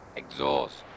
exhaust